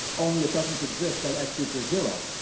only it doesn't exist at x equals zero,